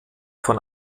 von